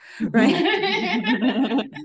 right